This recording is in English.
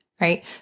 right